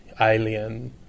alien